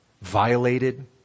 Violated